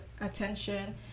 attention